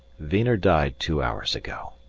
wiener died two hours ago.